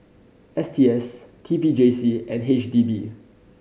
S T S T P J C and H D B